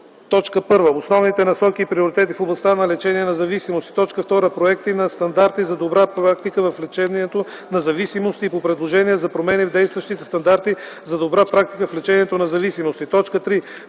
по: 1. основните насоки и приоритети в областта на лечение на зависимости; 2. проекти на стандарти за добра практика в лечението на зависимости и по предложения за промени в действащите стандарти за добра практика в лечението на зависимости; 3.